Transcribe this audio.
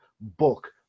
book